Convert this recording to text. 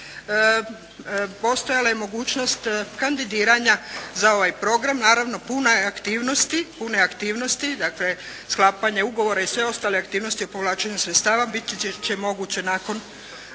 Postojala je mogućnost kandidiranja za ovaj program. Naravno puna je aktivnosti, dakle sklapanje ugovora i sve ostale aktivnosti o povlačenju sredstava biti će moguće nakon